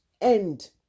end